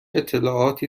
اطلاعاتی